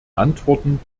antworten